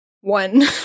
One